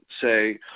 say